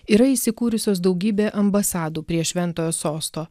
yra įsikūrusios daugybė ambasadų prie šventojo sosto